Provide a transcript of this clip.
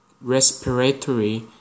respiratory